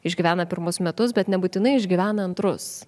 išgyvena pirmus metus bet nebūtinai išgyvena antrus